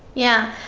yeah.